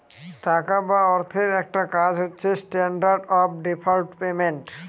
টাকা বা অর্থের একটা কাজ হচ্ছে স্ট্যান্ডার্ড অফ ডেফার্ড পেমেন্ট